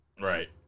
Right